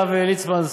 הרב ליצמן,